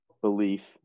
belief